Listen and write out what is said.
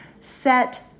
Set